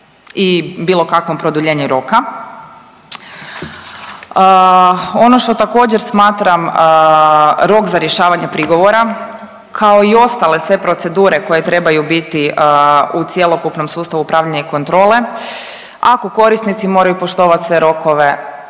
i bilo kakvom produljenju roka. Ono što također, smatram rok za rješavanje prigovora, kao i ostale sve procedure koje trebaju biti u cjelokupnom sustavu upravljanja i kontrole, ako korisnici moraju poštovati sve rokove,